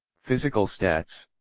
physical stats.